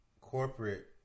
corporate